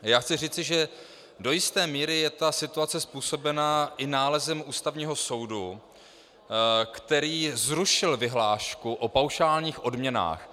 A já chci říci, že do jisté míry je situace způsobena i nálezem Ústavního soudu, který zrušil vyhlášku o paušálních odměnách.